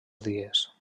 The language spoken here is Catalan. dies